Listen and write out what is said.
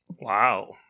Wow